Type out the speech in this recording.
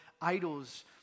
idols